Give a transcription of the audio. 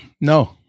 No